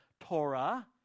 Torah